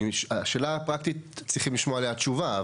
השאלה הפרקטית, צריכים לשמוע עליה תשובה.